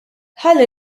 ħalli